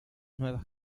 nuevas